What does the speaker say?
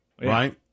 Right